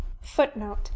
Footnote